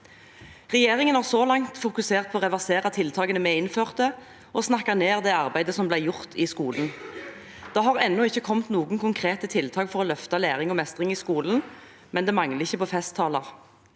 Regjeringen har så langt fokusert på å reversere tiltakene vi innførte, og har snakket ned det arbeidet som ble gjort i skolen. Det har ennå ikke kommet noen konkrete tiltak for å løfte læring og mestring i skolen, men det mangler ikke på festtaler.